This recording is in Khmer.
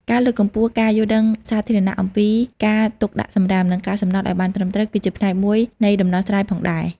ការលើកកម្ពស់ការយល់ដឹងសាធារណៈអំពីការទុកដាក់សំរាម និងកាកសំណល់ឱ្យបានត្រឹមត្រូវ ក៏ជាផ្នែកមួយនៃដំណោះស្រាយផងដែរ។